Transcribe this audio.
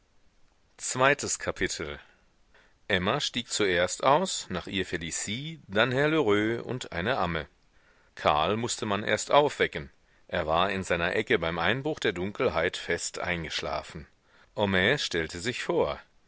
zweites kapitel emma stieg zuerst aus nach ihr felicie dann herr lheureux und eine amme karl mußte man erst aufwecken er war in seiner ecke beim einbruch der dunkelheit fest eingeschlafen homais stellte sich vor